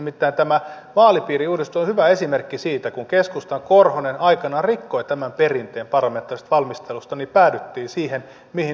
nimittäin tämä vaalipiiriuudistus on hyvä esimerkki siitä kun keskustan korhonen aikanaan rikkoi tämän perinteen parlamentaarisesta valmistelusta että päädyttiin siihen mihin nyt päädyttiin